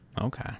Okay